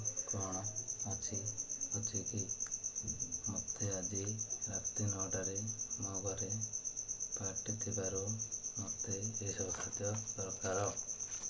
କ'ଣ ଅଛି ଅଛି କି ମୋତେ ଆଜି ରାତି ନଅଟାରେ ମୋ ଘରେ ପାର୍ଟି ଥିବାରୁ ମତେ ଏହି ସବୁ ଖାଦ୍ୟ ଦରକାର